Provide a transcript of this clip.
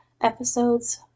episodes